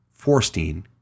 Forstein